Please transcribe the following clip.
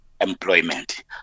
employment